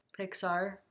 Pixar